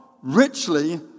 richly